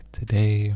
today